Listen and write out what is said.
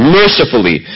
mercifully